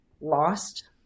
lost